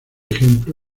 ejemplo